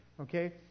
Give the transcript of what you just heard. Okay